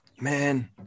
man